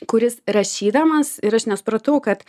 kuris rašydamas ir aš nesupratau kad